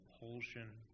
compulsion